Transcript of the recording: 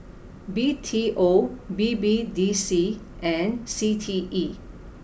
B T O B B D C and C T E